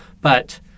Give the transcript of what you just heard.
But-